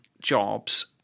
jobs